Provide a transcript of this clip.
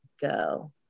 go